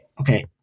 okay